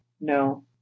no